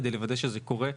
כדי לוודא שזה קורה.